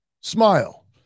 Smile